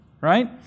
Right